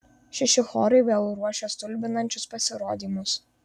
šeši chorai vėl ruošia stulbinančius pasirodymus